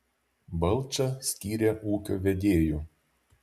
balčą skyrė ūkio vedėju